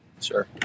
Sure